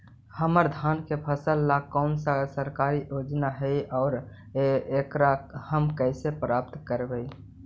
हमर धान के फ़सल ला कौन सा सरकारी योजना हई और एकरा हम कैसे प्राप्त करबई?